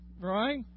right